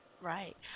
Right